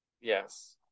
yes